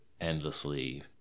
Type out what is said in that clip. endlessly